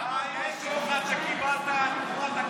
אחוז החסימה.